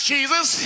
Jesus